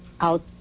out